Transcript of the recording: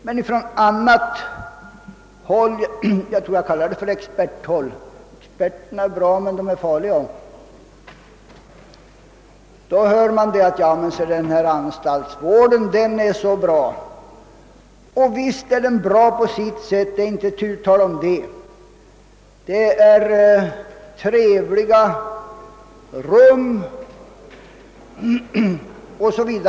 Men på vad man kallar experthåll — experterna är bra, men de är farliga också — får man höra, att den här anstaltsvården är så bra. Och visst är den bra på sitt sätt — det är inte tu tal om det; det är trevliga rum 0. s. v.